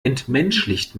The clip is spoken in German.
entmenschlicht